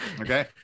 Okay